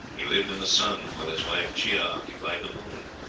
he lived in the sun, while his wife chia occupied the moon.